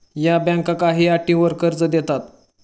या बँका काही अटींवर कर्ज देतात